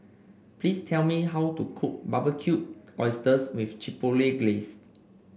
please tell me how to cook Barbecued Oysters with Chipotle Glaze